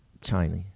Chinese